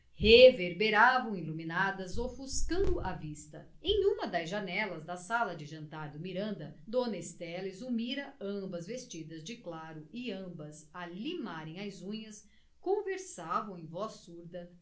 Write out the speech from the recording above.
reverberavam iluminadas ofuscando a vista em uma das janelas da sala de jantar do miranda dona estela e zulmira ambas vestidas de claro e ambas a limarem as unhas conversavam em voz surda